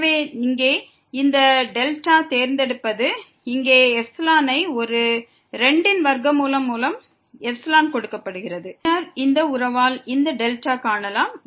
எனவே இங்கே இந்த δ தேர்ந்தெடுப்பது இங்கே ε ஐ ஒரு 2 ன் ஸ்கொயர் ரூட்டின் மூலம் ε கொடுக்கப்படுகிறது பின்னர் இந்த உறவால் இந்த δஐ காணலாம்